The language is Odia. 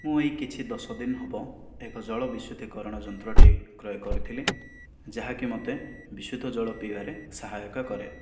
ମୁଁ ଏହି କିଛି ଦଶଦିନ ହେବ ଏକ ଜଳ ବିଶୁଦ୍ଧିକରଣ ଯନ୍ତ୍ରଟିଏ କ୍ରୟ କରିଥିଲି ଯାହାକି ମତେ ବିଶୁଦ୍ଧ ଜଳ ପିଇବାରେ ସହାୟକ କରେ